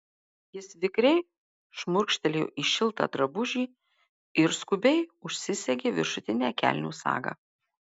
jis vikriai šmurkštelėjo į šiltą drabužį ir skubiai užsisegė viršutinę kelnių sagą